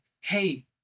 hey